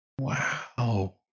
Wow